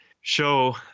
show